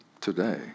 today